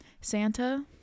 Santa